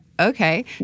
okay